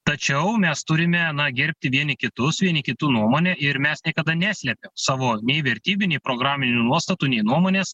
tačiau mes turime na gerbti vieni kitus vieni kitų nuomonę ir mes niekada neslėpėm savo nei vertybių nei programinių nuostatų nei nuomonės